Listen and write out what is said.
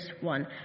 One